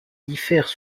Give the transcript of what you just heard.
diffèrent